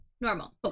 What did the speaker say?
normal